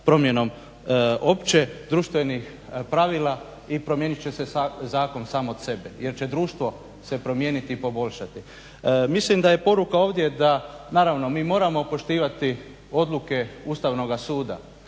promjenom opće društvenih pravila i promijenit će se zakon sam od sebe jer će društvo se promijeniti i poboljšati. Mislim da je poruka ovdje da naravno mi moramo poštivati odluke Ustavnoga suda,